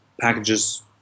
Packages